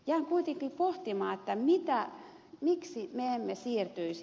jään kuitenkin pohtimaan miksi me emme siirtyisi